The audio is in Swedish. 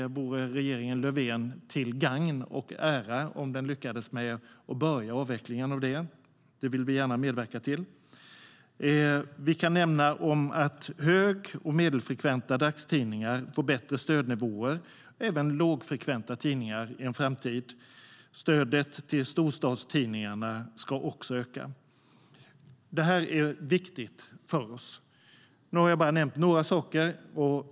Det vore regeringen Löfven till gagn och ära om den lyckades med att börja avvecklingen. Det vill vi gärna medverka till. Jag kan nämna att hög och medelfrekventa dagstidningar får bättre stödnivåer. Det gäller även lågfrekventa tidningar i en framtid. Stödet till storstadstidningarna ska också öka. Detta är viktigt för oss. Nu har jag nämnt bara några saker.